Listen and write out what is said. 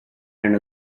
and